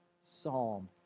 psalm